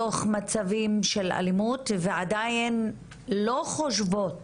בתוך מצבים של אלימות ועדיין לא חושבות